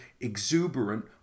exuberant